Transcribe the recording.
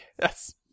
Yes